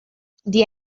die